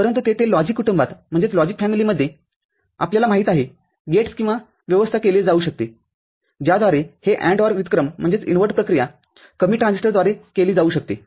परंतु तेथे लॉजिक कुटुंबात आपल्याला माहित आहेगेट्स किंवा व्यवस्था केली जाऊ शकते ज्याद्वारे हे AND OR व्युत्क्रमप्रक्रिया कमी ट्रान्झिस्टरद्वारे केली जाऊ शकते